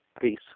Peace